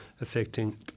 affecting